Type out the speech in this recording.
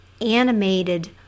animated